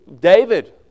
David